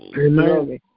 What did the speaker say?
Amen